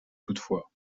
toutefois